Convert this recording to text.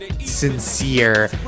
sincere